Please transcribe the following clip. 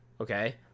okay